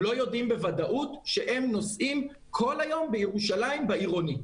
הם לא יודעים בוודאות שהם נוסעים כל היום בירושלים בעירוני.